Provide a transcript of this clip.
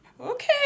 okay